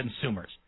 consumers